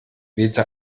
wehte